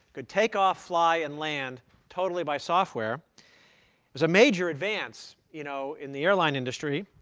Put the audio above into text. could take off, fly, and land totally by software. it was a major advance you know in the airline industry.